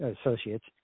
Associates